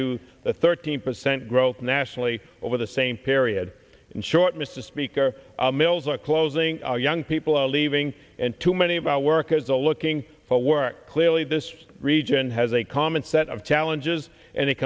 to the thirteen percent growth nationally over the same period in short mr speaker mills are closing our young people are leaving and too many of our workers are looking for work clearly this region has a common set of challenges and